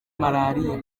malariya